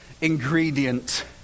ingredient